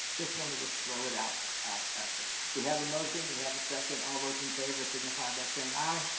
just wanted to throw it out out there. we have a motion, we have a second, all those in favor signify by saying, aye.